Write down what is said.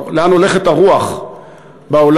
לאן הולכת הרוח בעולם,